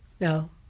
No